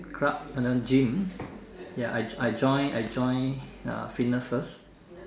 club and then gym ya I joi~ I join I join uh fitness first